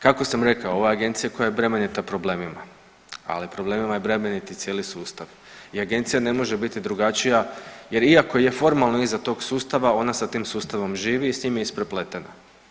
Kako sam rekao, ova Agencija koja je bremenita problemima, ali problemima je bremenit i cijeli sustav i Agencija ne može biti drugačija jer iako je formalno iza tog sustava, ona sa tim sustavom živi i s njim je isprepletena.